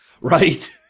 right